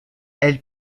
elle